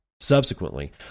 Subsequently